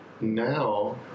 Now